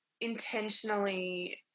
intentionally